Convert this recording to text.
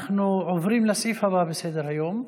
אנחנו עוברים לסעיף הבא בסדר-היום.